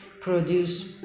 produce